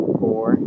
four